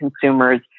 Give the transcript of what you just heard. consumers